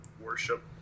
worship